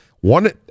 one